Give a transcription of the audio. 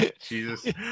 Jesus